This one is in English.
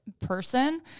person